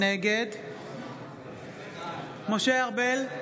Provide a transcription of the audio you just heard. נגד משה ארבל,